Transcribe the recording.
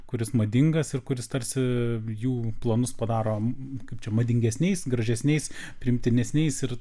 kuris madingas ir kuris tarsi jų planus padaro kaip čia madingesniais gražesniais priimtinesniais ir